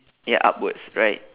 ya upwards right